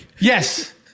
Yes